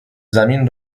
زمین